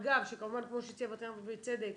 אגב, שכמובן כמו שציין הווטרינר ובצדק,